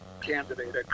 candidate